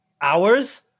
hours